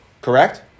Correct